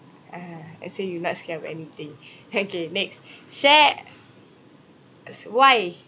uh I say you not scared of anything okay next share as why